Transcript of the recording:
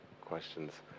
questions